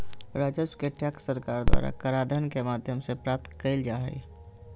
राजस्व के टैक्स सरकार द्वारा कराधान के माध्यम से प्राप्त कइल जा हइ